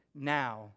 now